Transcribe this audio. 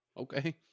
Okay